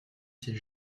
ses